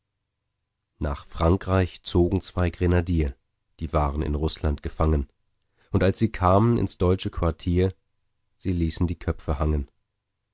nach frankreich zogen zwei grenadier die waren in rußland gefangen und als sie kamen ins deutsche quartier sie ließen die köpfe hangen